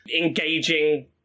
engaging